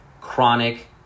chronic